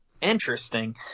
Interesting